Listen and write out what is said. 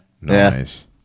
nice